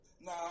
Nah